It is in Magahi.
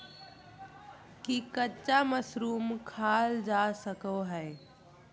की कच्चा मशरूम खाल जा सको हय?